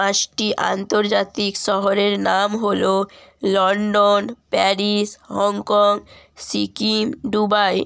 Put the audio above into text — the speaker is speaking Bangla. পাঁচটি আন্তর্জাতিক শহরের নাম হলো London Paris Hong Kong Sikkim Dubai